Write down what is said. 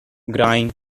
grime